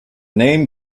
name